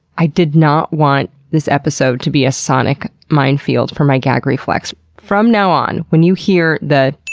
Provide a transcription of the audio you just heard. i did not want this episode to be a sonic minefield for my gag reflex. from now on when you hear the